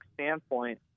standpoint